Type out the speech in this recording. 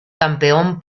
campeón